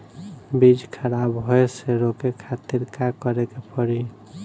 बीज खराब होए से रोके खातिर का करे के पड़ी?